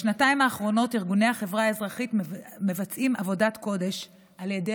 בשנתיים האחרונות ארגוני החברה האזרחית מבצעים עבודת קודש על ידי